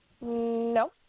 no